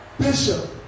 Bishop